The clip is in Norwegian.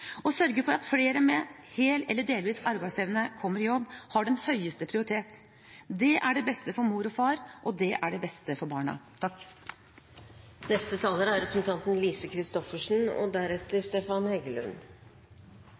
Å sørge for at flere med hel eller delvis arbeidsevne kommer i jobb har den høyeste prioritet. Det er det beste for mor og far, og det er det beste for barna.